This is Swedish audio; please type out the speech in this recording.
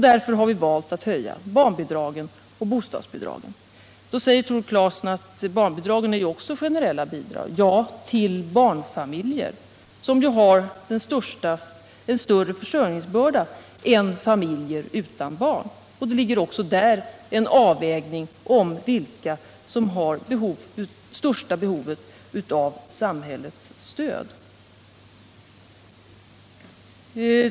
Därför har vi valt att höja barnbidragen och bostadsbidragen. Då säger Tore Claeson att barnbidragen också är generella bidrag. Ja, till barnfamiljer, som har en större försörjningsbörda än familjer utan barn. Bakom beslutet om det stödet ligger också en avvägning av vilka som har det största behovet av samhällets stöd.